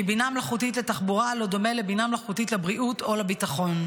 כי בינה מלאכותית לתחבורה לא דומה לבינה מלאכותית לבריאות או לביטחון.